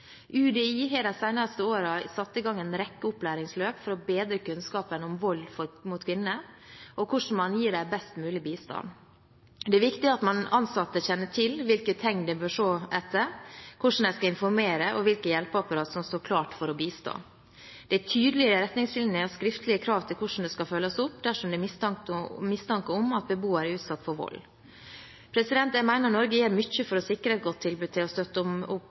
UDI har de seneste årene satt i gang en rekke opplæringsløp for å bedre kunnskapen om vold mot kvinner, og hvordan man gir dem best mulig bistand. Det er viktig at ansatte kjenner til hvilke tegn de bør se etter, hvordan de skal informere, og hvilke hjelpeapparat som står klar til å bistå. Det er tydelige retningslinjer og skriftlige krav til hvordan det skal følges opp dersom det er mistanke om at beboere er utsatt for vold. Jeg mener Norge gjør mye for å sikre et godt tilbud til og støtte opp om